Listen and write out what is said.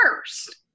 first